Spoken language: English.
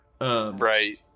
Right